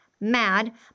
MAD